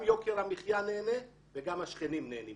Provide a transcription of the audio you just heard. גם יוקר המחיה נהנה וגם השכנים נהנים